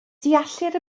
deallir